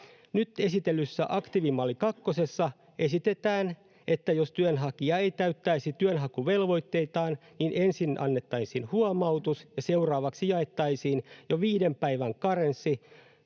Nyt esitellyssä aktiivimalli kakkosessa esitetään, että jos työnhakija ei täyttäisi työnhakuvelvoitteitaan, niin ensin annettaisiin huomautus ja seuraavaksi jaettaisiin jo viiden päivän karenssi,